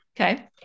Okay